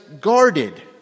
guarded